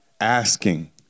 asking